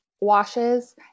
washes